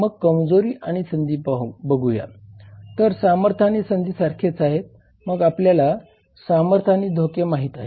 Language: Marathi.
मग कमजोरी आणि संधी बघूया तर सामर्थ्य आणि संधी सारखेच आहेत मग आपल्याला सामर्थ्य आणि धोके माहित आहेत